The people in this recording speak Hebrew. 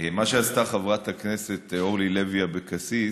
מה שעשתה חברת הכנסת אורלי לוי אבקסיס